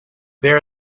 there